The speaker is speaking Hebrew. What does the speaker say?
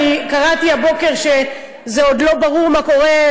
אני קראתי הבוקר שעוד לא ברור מה קורה,